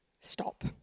stop